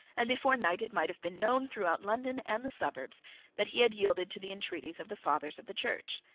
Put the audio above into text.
and before night it might have been known throughout london and the suburbs that he had yielded to the intreaties of the fathers of the church.